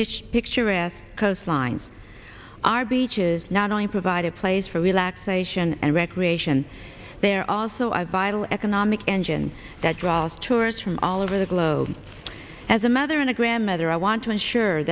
pitch picturesque coastline our beaches not only provide a place for relaxation and recreation they're also a vital economic engine that draws tourists from all over the globe as a mother and a grandmother i want to ensure